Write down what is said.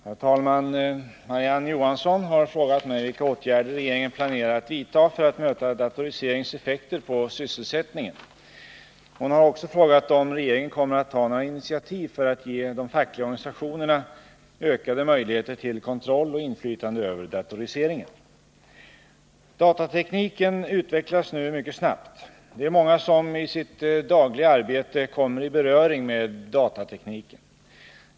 Herr talman! Marie-Ann Johansson har frågat mig vilka åtgärder regeringen planerar att vidta för att möta datoriseringens effekter på sysselsättningen. Hon har också frågat om regeringen kommer att ta några initiativ för att ge de fackliga organisationerna ökade möjligheter till kontroll och inflytande över datoriseringen. Datatekniken utvecklas nu mycket snabbt. Det är många som i sitt dagliga arbete kommer i beröring med denna.